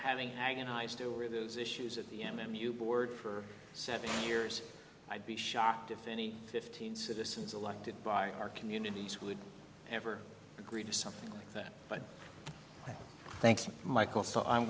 having agonized over those issues at the m m u board for seven years i'd be shocked if any fifteen citizens elected by our communities would ever agree to something like that but thanks michel so i'm